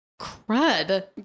crud